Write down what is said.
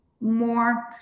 more